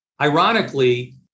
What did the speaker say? Ironically